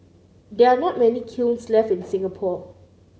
there are not many kilns left in Singapore